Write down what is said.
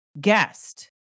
guest